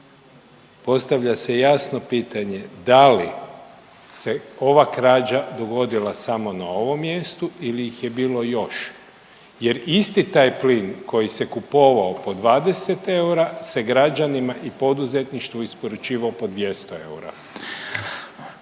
postavlja se jasno pitanje da li se ova krađa dogodila samo na ovom mjestu ili ih je bilo još jer isti taj plin koji se kupovao po 20 eura se građanima i poduzetništvu isporučivao po 200 eura?